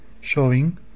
showing